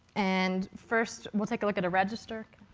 and first we'll take a look at a register.